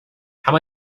how